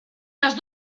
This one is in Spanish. las